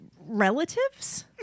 relatives